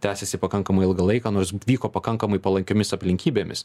tęsėsi pakankamai ilgą laiką nors vyko pakankamai palankiomis aplinkybėmis